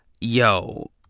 Yo